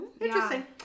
Interesting